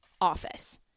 office